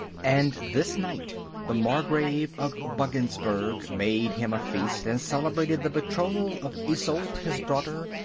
and this night the margrave of buggensberg made him a feast, and celebrated the betrothal of isolde, his daughter,